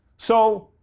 so,